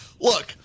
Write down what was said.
Look